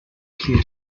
clear